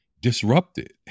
disrupted